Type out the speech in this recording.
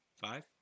five